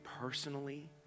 personally